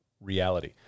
reality